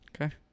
Okay